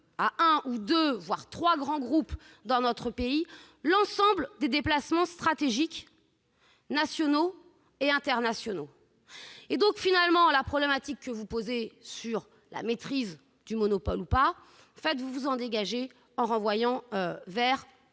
à un, à deux, voire à trois grands groupes dans notre pays, l'ensemble des déplacements stratégiques nationaux et internationaux. En réalité, la problématique que vous posez sur la maîtrise ou non du monopole, vous vous en dégagez en renvoyant vers